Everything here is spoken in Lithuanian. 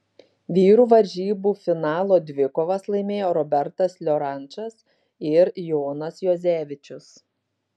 vyrų varžybų finalo dvikovas laimėjo robertas liorančas ir jonas juozevičius